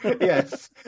yes